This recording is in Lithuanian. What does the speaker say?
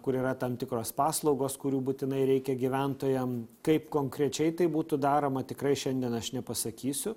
kur yra tam tikros paslaugos kurių būtinai reikia gyventojam kaip konkrečiai tai būtų daroma tikrai šiandien aš nepasakysiu